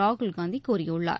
ராகுல்காந்தி கூறியுள்ளார்